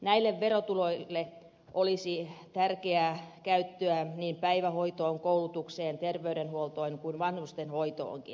näille verotuloille olisi tärkeää käyttöä niin päivähoitoon koulutukseen terveydenhuoltoon kuin vanhustenhoitoonkin